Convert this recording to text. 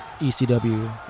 ECW